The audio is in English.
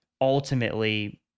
ultimately